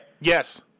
Yes